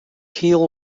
keel